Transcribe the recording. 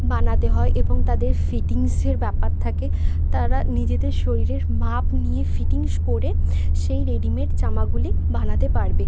বানাতে হয় এবং তাদের ফিটিংসের ব্যাপার থাকে তারা নিজেদের শরীরের মাপ নিয়ে ফিটিংস করে সেই রেডিমেড জামাগুলি বানাতে পারবে